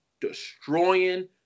destroying